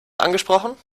angesprochen